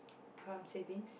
hm savings